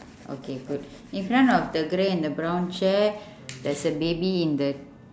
okay good in front of the grey and the brown chair there's a baby in the